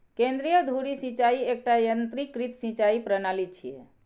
केंद्रीय धुरी सिंचाइ एकटा यंत्रीकृत सिंचाइ प्रणाली छियै